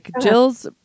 Jill's